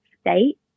state